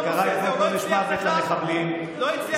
זהו, לא הצליח לך.